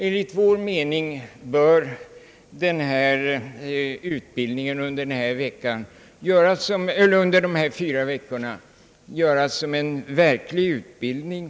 Enligt vår mening bör denna utbild-' ning under: fyra veckor anordnas som en verklig utbildning.